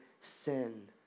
sin